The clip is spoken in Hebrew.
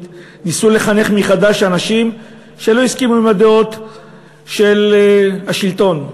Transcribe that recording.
ניסו לחנך מחדש אנשים שלא הסכימו לדעות של השלטון.